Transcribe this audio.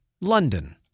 London